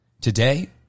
Today